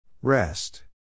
Rest